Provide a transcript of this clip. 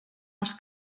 els